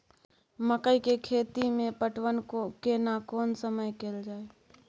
मकई के खेती मे पटवन केना कोन समय कैल जाय?